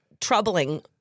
troubling